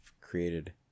created